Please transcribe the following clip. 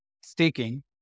staking